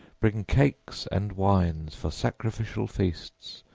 bring cates and wines for sacrificial feasts,